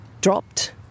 dropped